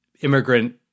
immigrant